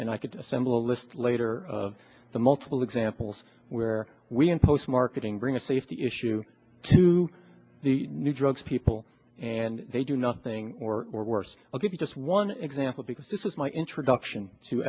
and i could assemble a list later of the multiple examples where we impose marketing bring a safety issue to the new drugs people and they do nothing or worse i'll give you just one example because this is my introduction to